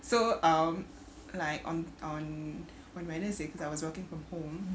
so um like on on on wednesday because I was working from home